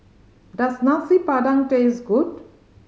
does Nasi Padang taste good